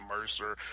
Mercer